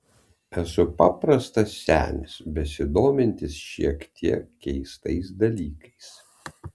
esu paprastas senis besidomintis šiek tiek keistais dalykais